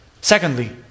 Secondly